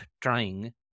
trying